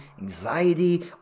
anxiety